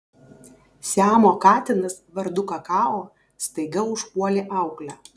siamo katinas vardu kakao staiga užpuolė auklę